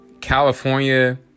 California